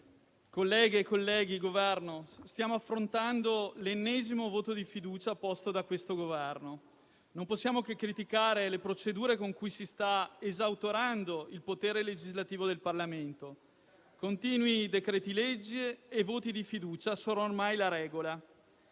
stiamo affrontando l'ennesimo voto di fiducia posto da questo Governo. Non possiamo che criticare le procedure con cui si sta esautorando il potere legislativo del Parlamento: continui decreti-legge e voti di fiducia sono ormai la regola.